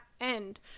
end